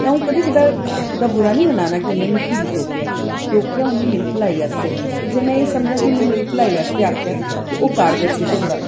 ते अऊं कदें बी ओह्दा ओह्दा बुरा निं मनाना कि उ'न्नै मिगी की टोकेआ टोकेआ उ'न्नै मिगी मेरी भलाई आस्तै ते जे में एह् समझां कि उन्नै मेरी भलाई आस्तै आखेआ ते ओह् कारगर सिद्ध होंदा